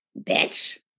Bitch